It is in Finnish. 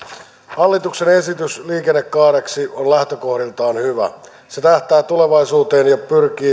hallituksen esitys liikennekaareksi on lähtökohdiltaan hyvä se tähtää tulevaisuuteen ja